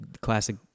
classic